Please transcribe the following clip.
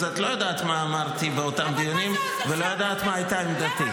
אז את לא יודעת מה אמרתי באותם דיונים ולא יודעת מה הייתה עמדתי.